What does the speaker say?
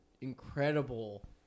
incredible